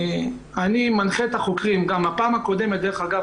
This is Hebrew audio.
אני מנחה את החוקרים גם מהפעם הקודמת דרך אגב,